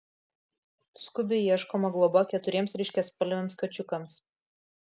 skubiai ieškoma globa keturiems ryškiaspalviams kačiukams